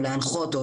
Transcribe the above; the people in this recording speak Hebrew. או להנחות,